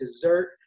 dessert